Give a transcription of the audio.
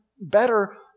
better